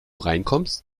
reinkommst